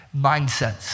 mindsets